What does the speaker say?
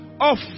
off